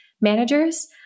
managers